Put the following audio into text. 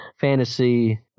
fantasy